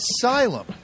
Asylum